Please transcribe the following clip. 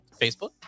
Facebook